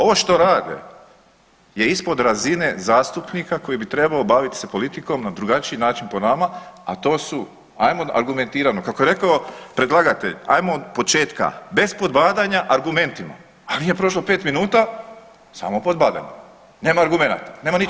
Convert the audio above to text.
Ovo što rade je ispod razine zastupnika koji bi trebao baviti se politikom na drugačiji način po nama, a to su ajmo argumentirano kako je rekao predlagatelj, ajmo od početka, bez podbadanja argumentima, a nije prošlo 5 minuta samo podbadanje, nema argumenata, nema ničega.